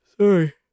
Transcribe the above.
Sorry